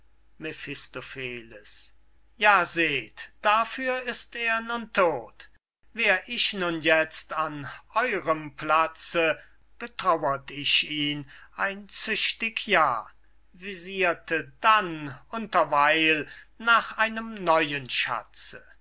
ja seht dafür ist er nun todt wär ich nun jetzt an eurem platze betraurt ich ihn ein züchtig jahr visirte dann unterweil nach einem neuen schatze